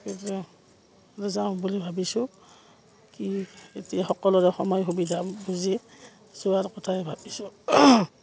যাওঁ বুলি ভাবিছোঁ কি এতিয়া সকলোৰে সময় সুবিধা বুজি যোৱাৰ কথাই ভাবিছোঁ